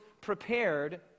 prepared